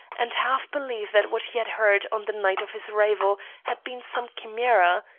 and half believe that what he had heard on the night of his arrival had been some chimera,